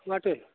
वाटय